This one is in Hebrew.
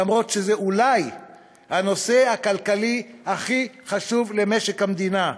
אף שזה אולי הנושא הכלכלי הכי חשוב למשק המדינה,